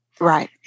right